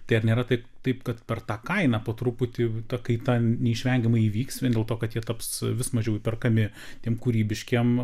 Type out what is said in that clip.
tai ar nėra taip taip kad per tą kainą po truputį ta kaita neišvengiamai įvyks vien dėl to kad jie taps vis mažiau įperkami tiem kūrybiškiem